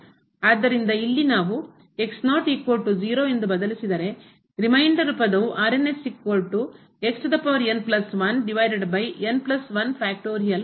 ಆದ್ದರಿಂದ ಇಲ್ಲಿ ನಾವು ಎಂದು ಬದಲಿಸಿದರೆ ರಿಮೈಂಡರ್ ಉಳಿದ ಪದವು ಆಗಿರುತ್ತದೆ